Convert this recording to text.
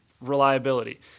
reliability